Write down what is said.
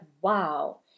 wow